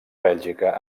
bèlgica